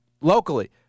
Locally